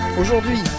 Aujourd'hui